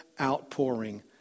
outpouring